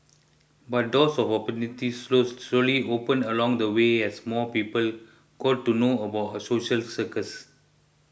but doors of opportunity slow slowly opened along the way as more people got to know about social circus